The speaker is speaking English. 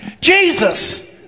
Jesus